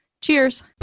Cheers